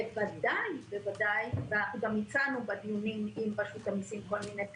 ובוודאי בוודאי גם הצענו בדיונים עם רשות המסים כל מיני פתרונות,